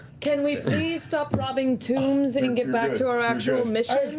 can we please stop robbing tombs and and get back to our actual mission?